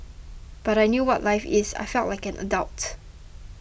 but I knew what life is I felt like an adult